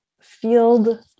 field